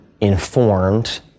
informed